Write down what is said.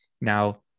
Now